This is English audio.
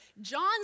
John's